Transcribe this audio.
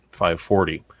540